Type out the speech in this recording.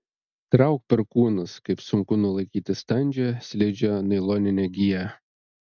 trauk perkūnas kaip sunku nulaikyti standžią slidžią nailoninę giją